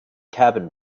cabin